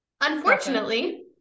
Unfortunately